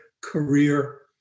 career